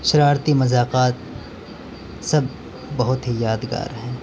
شرارتی مذاکرات سب بہت ہی یادگار ہیں